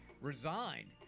resigned